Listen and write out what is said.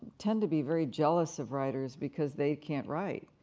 ten to be very jealous of writers because they can't write.